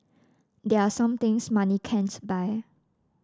there are some things money can't buy